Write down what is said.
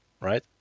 Right